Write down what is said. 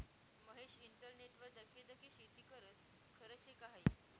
महेश इंटरनेटवर दखी दखी शेती करस? खरं शे का हायी